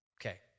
Okay